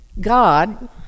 God